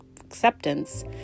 acceptance